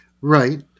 Right